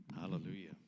Hallelujah